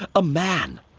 ah a man.